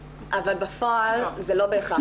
אבל בפועל זה לא בהכרח.